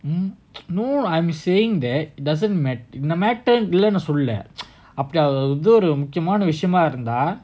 um no I'm saying that doesn't matter இந்தமேட்டரநான்இப்படியேசொல்லல:intha mettara naan ippadiye sollala அப்படிஅவஅதுவந்துஒருமுக்கியமானவிஷயமாஇருந்தா:appadi ava adhu vandhu oru mukkiyamana vichayama irundha